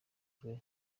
rwe